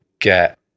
get